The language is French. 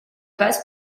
passe